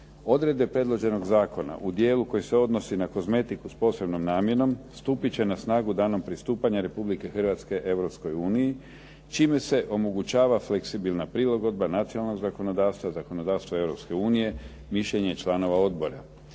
Odredbe predloženog zakona u dijelu koji se odnosi na kozmetiku sa posebnom namjenu stupiti će na snagu danom pristupanja Republike Hrvatske Europskoj uniji čime se omogućava fleksibilna prilagodba nacionalnog zakonodavstva, zakonodavstva Europske unije, mišljenje članova odbora.